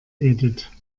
edith